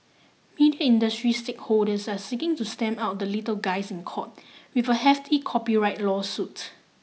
media industry stakeholders are seeking to stamp out the little guys in court with a hefty copyright lawsuit